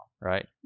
right